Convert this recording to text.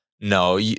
No